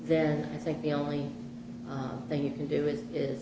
then i think the only thing you can do it is